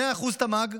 2% תמ"ג,